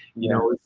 you know.